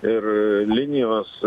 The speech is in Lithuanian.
ir linijos